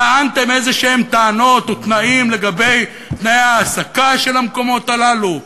טענתם טענות כלשהן או תנאים לגבי תנאי ההעסקה של המקומות הללו?